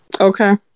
Okay